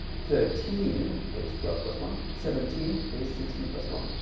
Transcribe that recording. thirteen is twelve plus one, seventeen is sixteen plus one,